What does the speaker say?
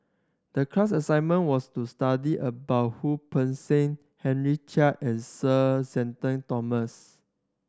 the class assignment was to study about Wu Peng Seng Henry Chia and Sir Shenton Thomas